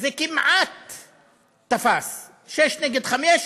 זה כמעט תפס, שישה נגד חמישה,